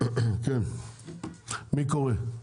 מי קורא?